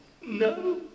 no